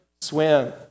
swim